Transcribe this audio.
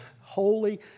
Holy